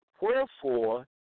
Wherefore